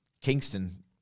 Kingston